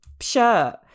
shirt